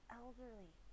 elderly